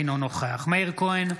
אינו נוכח מאיר כהן,